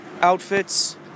outfits